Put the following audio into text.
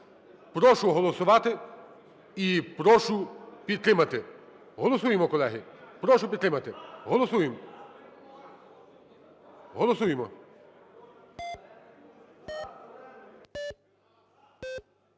Прошу голосувати і прошу підтримати. Голосуємо, колеги. Прошу підтримати! Голосуємо. Голосуємо.